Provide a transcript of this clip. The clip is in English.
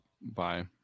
bye